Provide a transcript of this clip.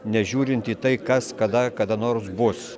nežiūrint į tai kas kada kada nors bus